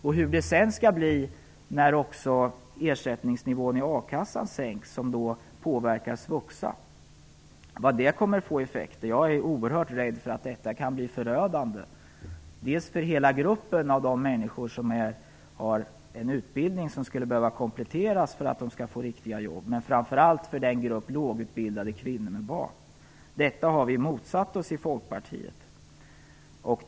Hur skall det sedan bli när man också sänker ersättningsnivån i a-kassan, som påverkar svuxa? Jag är oerhört rädd för att effekterna av detta kan bli förödande, dels för hela gruppen av människor som har en utbildning som skulle behöva kompletteras för att de skall få riktiga jobb, dels och framför allt för gruppen lågutbildade kvinnor med barn. Vi i Folkpartiet har motsatt oss denna utveckling.